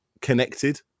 connected